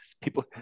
People